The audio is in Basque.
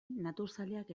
naturzaleak